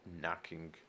knocking